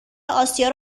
آسیا